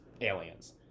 aliens